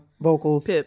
vocals